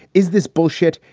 is this bullshit?